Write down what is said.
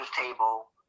table